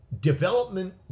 development